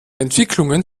entwicklungen